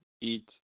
eat